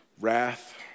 Wrath